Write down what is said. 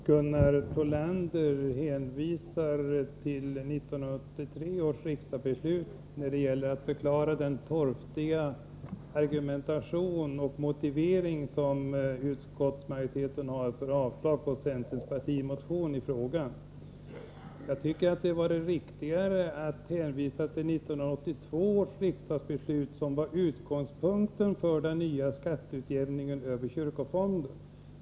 Fru talman! Gunnar Thollander hänvisade till 1983 års riksdagsbeslut när han försökte förklara utskottsmajoritetens motivering till avslag på centerns partimotion i frågan. Jag tycker att det vore riktigare att hänvisa till 1982 års riksdagsbeslut, som ju var utgångspunkten för det nya systemet till skatteutjämning via kyrkofonden.